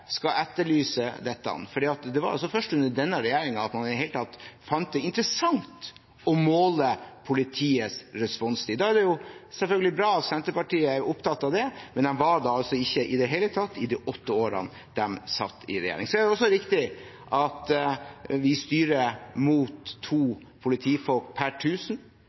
skal etterlyse dette, for det var først under denne regjeringen at man i det hele tatt fant det interessant å måle politiets responstid. Det er selvfølgelig bra at Senterpartiet er opptatt av det, men det var de ikke i det hele tatt i de åtte årene de satt i regjering. Så er det også riktig at vi styrer mot to politifolk per